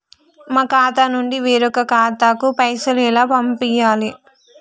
మా ఖాతా నుండి వేరొక ఖాతాకు పైసలు ఎలా పంపియ్యాలి?